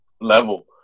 level